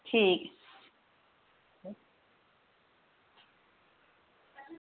ठीक